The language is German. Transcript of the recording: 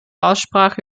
aussprache